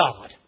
God